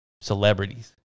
celebrities